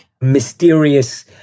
mysterious